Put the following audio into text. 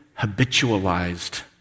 habitualized